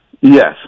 Yes